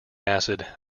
acid